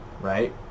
right